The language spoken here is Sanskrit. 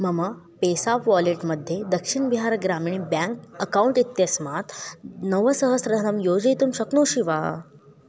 मम पेसाप् वालेट् मध्ये दक्षिण् बिहार् ग्रामिण बेङ्क् अक्कौण्ट् इत्यस्मात् नवसहस्रहणं योजयितुं शक्नोषि वा